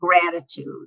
gratitude